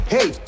Hey